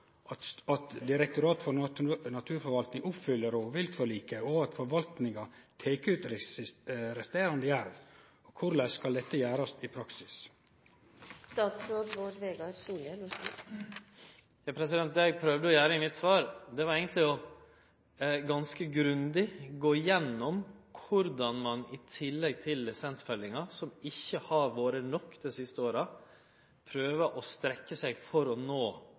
at Direktoratet for naturforvaltning oppfyller rovviltforliket, og at forvaltninga tek ut resterande jerv? Korleis skal dette gjerast i praksis? Det eg prøvde å seie i mitt svar, var eigentleg å gå ganske grundig igjennom korleis ein i tillegg til lisensfellinga, som ikkje har vore nok dei siste åra, skal prøve å strekkje seg for å nå